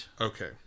Okay